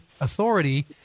authority